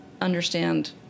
understand